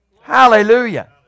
Hallelujah